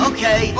Okay